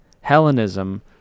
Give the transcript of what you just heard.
Hellenism